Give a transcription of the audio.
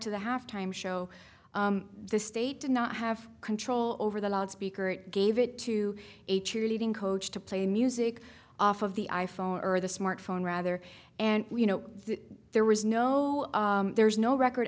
to the halftime show the state did not have control over the loudspeaker it gave it to a cheerleading coach to play music off of the i phone or the smartphone rather and you know there was no there's no record